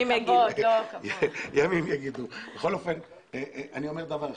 אני אומר דבר אחד.